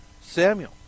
Samuel